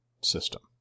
system